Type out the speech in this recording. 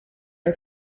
are